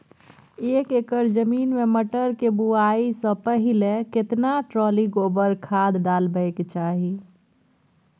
एक एकर जमीन में मटर के बुआई स पहिले केतना ट्रॉली गोबर खाद डालबै के चाही?